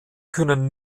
können